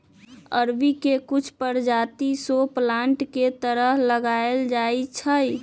अरबी के कुछ परजाति शो प्लांट के तरह लगाएल जाई छई